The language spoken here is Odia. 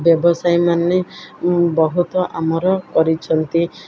ବ୍ୟବସାୟୀ ମାନେ ବହୁତ ଆମର କରିଛନ୍ତି